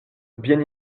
bien